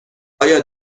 آیا